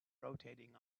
rotating